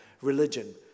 religion